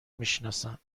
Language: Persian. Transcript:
میشناسند